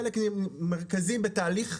היא חלק מרכזי בתהליך,